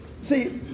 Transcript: See